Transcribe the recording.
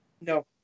No